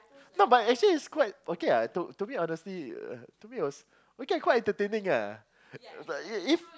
no but actually it's quite for me it's quite okay lah to me it was quite entertaining lah